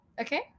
okay